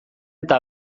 eta